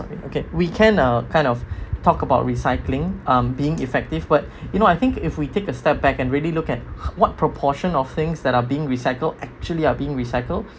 okay we can uh kind of talk about recycling uh being effective but you know I think if we take a step back and really look at what proportion of things that are being recycled actually are being recycled